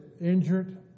injured